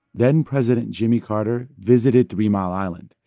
then-president jimmy carter visited three mile island.